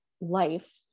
life